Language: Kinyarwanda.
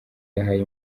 yahaye